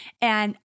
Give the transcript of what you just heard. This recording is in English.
And-